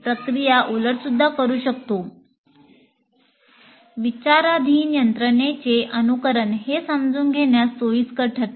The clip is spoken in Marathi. प्रक्रिया उलटसुद्धा करू शकतो विचाराधीन यंत्रणेचे अनुकरण हे समजून घेण्यास सोयीस्कर ठरते